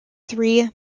three